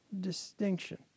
distinction